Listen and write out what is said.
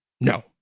No